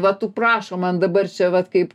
va tu prašom man dabar čia vat kaip